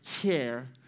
care